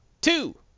Two